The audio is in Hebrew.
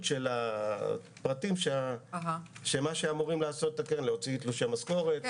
של הפרטים של מה שאמורה לעשות הקרן: להוציא תלושי משכורת,